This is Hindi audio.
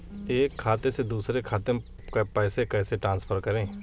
एक खाते से दूसरे खाते में पैसे कैसे ट्रांसफर करें?